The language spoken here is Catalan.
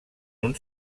uns